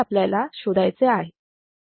हे आपल्याला शोधायचे आहे